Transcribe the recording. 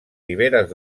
riberes